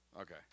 Okay